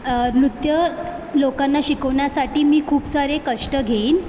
नृत्य लोकांना शिकवण्यासाठी मी खूप सारे कष्ट घेईन